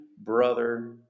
brother